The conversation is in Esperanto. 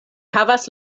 havas